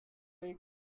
week